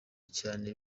cyane